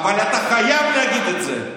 אבל אתה חייב להגיד את זה,